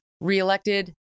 reelected